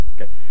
Okay